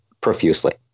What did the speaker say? profusely